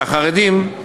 לחרדים.